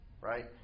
right